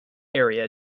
area